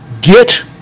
get